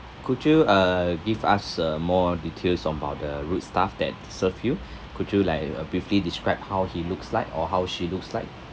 could you uh give us uh more details about the rude staff that serve you could you like uh briefly describe how he looks like or how she looks like